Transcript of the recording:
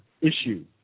issue